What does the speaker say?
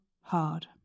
hard